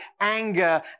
Anger